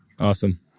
Awesome